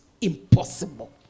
impossible